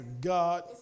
God